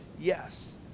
Yes